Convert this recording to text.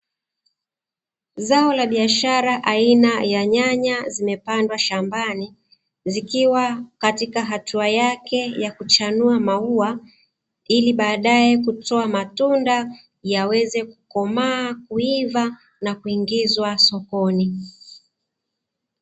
Zao la biashara aina ya nyanya zimepandwa shambani, zikiwa katika hatua yake ya kuchanua maua ili baadae kutoa matunda yaweze kukomaa, kuiva na kuingizwa sokoni.